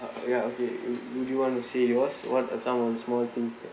ya okay would you want to say what's what uh some of the small things that